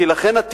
לכן,